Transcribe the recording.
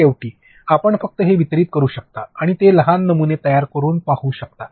आणि शेवटी आपण फक्त हे वितरित करू शकता आणि ते लहान नमुने तयार करुन पाहू शकता